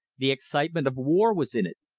the excitement of war was in it.